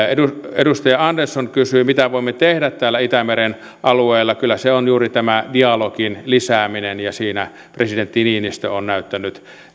edustaja andersson kysyi mitä voimme tehdä täällä itämeren alueella kyllä se on juuri tämä dialogin lisääminen ja siinä presidentti niinistö on näyttänyt